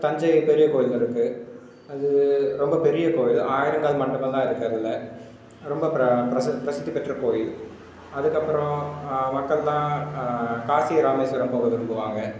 தஞ்சை பெரிய கோயில்கள் இருக்குது அது ரொம்ப பெரிய கோயில் ஆயிரம் கால் மண்டபமெலாம் இருக்குது அதில் ரொம்ப பிரசித்திபெற்ற கோயில் அதுக்கப்புறம் மக்களெலாம் காசி ராமேஸ்வரம் போக விரும்புவாங்க